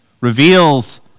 reveals